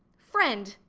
friend,